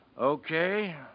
Okay